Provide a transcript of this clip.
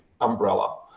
umbrella